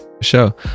show